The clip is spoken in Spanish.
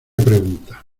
pregunta